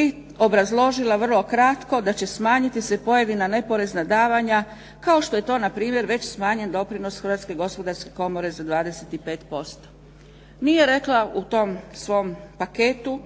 I obrazložila vrlo kratko da će smanjiti pojedina neporezna davanja kao što je to npr. već smanjen doprinos Hrvatske gospodarske komore za 25%. Nije rekla u tom svom paketu